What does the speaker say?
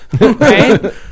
Right